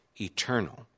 eternal